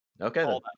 okay